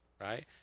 right